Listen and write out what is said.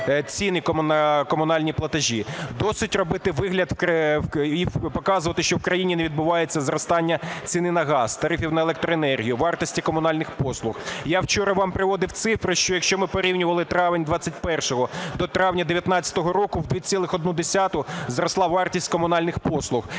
досить робити вигляд і показувати, що в країні не відбувається зростання ціни на газ, тарифів на електроенергію, вартості комунальних послуг. Я вчора вам приводив цифри, що якщо ми порівнювали травень 2021-го до травня 2019 року, в 2,1 зросла вартість комунальних послуг.